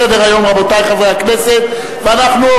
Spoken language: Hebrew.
רבותי חברי הכנסת, אנחנו ממשיכים בסדר-היום.